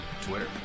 Twitter